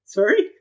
Sorry